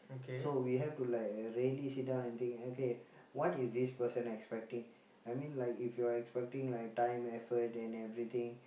so we have to like really sit down and think okay what is this person expecting I mean like if you're expecting like time effort and everything